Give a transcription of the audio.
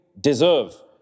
deserve